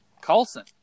Colson